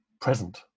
present